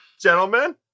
gentlemen